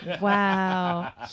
wow